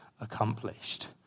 accomplished